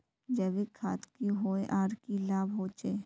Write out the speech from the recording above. जैविक खाद की होय आर की की लाभ होचे?